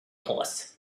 horse